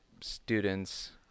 students